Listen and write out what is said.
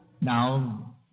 Now